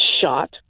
shot